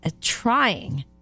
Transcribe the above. trying